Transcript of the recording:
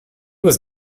was